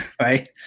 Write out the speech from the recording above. right